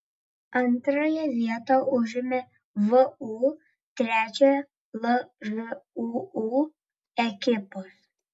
antrąją vietą užėmė vu trečiąją lžūu ekipos